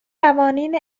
قوانین